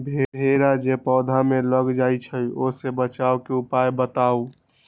भेरा जे पौधा में लग जाइछई ओ से बचाबे के उपाय बताऊँ?